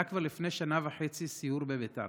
היה כבר לפני שנה וחצי סיור בביתר,